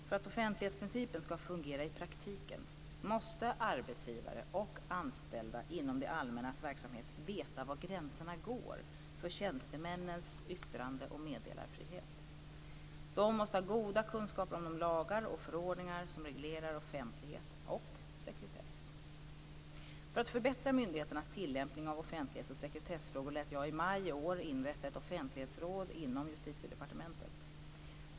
För att offentlighetsprincipen ska fungera i praktiken måste arbetsgivare och anställda inom det allmännas verksamhet veta var gränserna går för tjänstemännens yttrande och meddelarfrihet. De måste ha goda kunskaper om de lagar och förordningar som reglerar offentlighet och sekretess. För att förbättra myndigheternas tillämpning av offentlighets och sekretessfrågor lät jag i maj i år inrätta ett offentlighetsråd inom Justitiedepartementet.